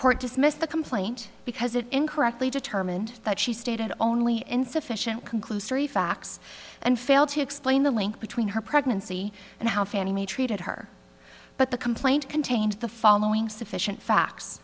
court dismissed the complaint because it incorrectly determined that she stated only insufficient conclusory facts and failed to explain the link between her pregnancy and how fannie mae treated her but the complaint contained the following sufficient facts